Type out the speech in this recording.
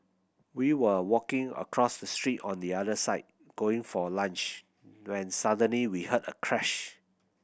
we were walking across the street on the other side going for lunch when suddenly we heard a crash